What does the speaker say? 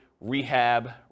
rehab